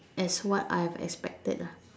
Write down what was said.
as what I have expected lah